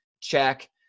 check